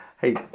hey